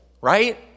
right